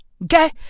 Okay